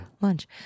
Lunch